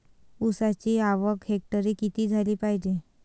ऊसाची आवक हेक्टरी किती झाली पायजे?